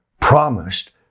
promised